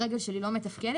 הרגל שלי לא מתפקדת.